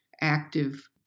active